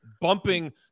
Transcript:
bumping